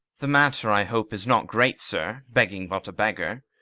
the matter, i hope, is not great, sir, begging but a beggar.